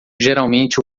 geralmente